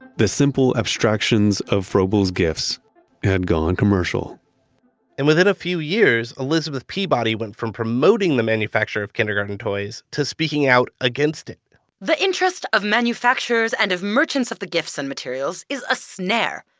the simple abstractions of froebel's gifts had gone commercial and within a few years, elizabeth peabody went from promoting the manufacturer of kindergarten toys to speaking out against it the interest of manufacturers and of merchants of the gifts and materials is a snare.